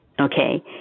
okay